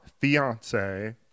fiance